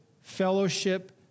fellowship